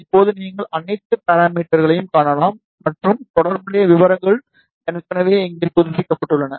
இப்போது நீங்கள் அனைத்து பாராமீட்டர்க்களையும் காணலாம் மற்றும் தொடர்புடைய விவரங்கள் ஏற்கனவே இங்கே புதுப்பிக்கப்பட்டுள்ளன